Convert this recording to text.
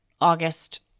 August